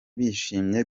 bishimiye